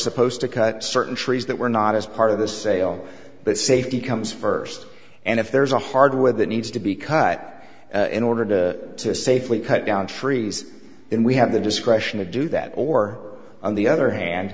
supposed to cut certain trees that were not as part of the sale but safety comes first and if there's a hardware that needs to be cut back in order to to safely cut down trees in we have the discretion to do that or on the other hand